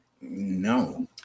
No